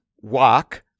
walk